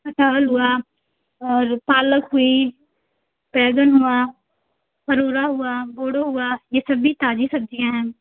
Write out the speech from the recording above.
कटहल हुआ और पालक हुई बैंगन हुआ फरुरा हुआ बोडो हुआ ये सब भी ताज़ी सब्ज़ियाँ हैं